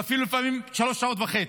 ואפילו לפעמים שלוש שעות וחצי.